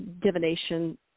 divination